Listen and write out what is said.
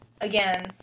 again